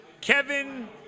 Kevin